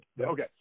Okay